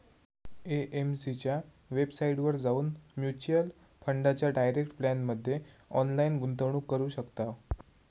AMC च्या वेबसाईटवर जाऊन म्युच्युअल फंडाच्या डायरेक्ट प्लॅनमध्ये ऑनलाईन गुंतवणूक करू शकताव